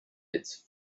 its